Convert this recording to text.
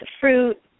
fruit